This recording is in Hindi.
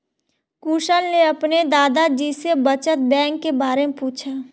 कुशल ने अपने दादा जी से बचत बैंक के बारे में पूछा